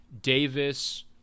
davis